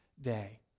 day